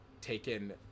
taken